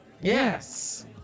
Yes